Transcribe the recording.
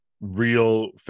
real